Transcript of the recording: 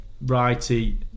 Righty